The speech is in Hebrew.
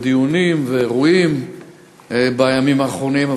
ודיונים ואירועים בימים האחרונים,